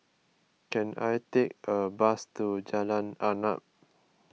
can I take a bus to Jalan Arnap